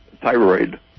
thyroid